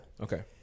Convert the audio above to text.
Okay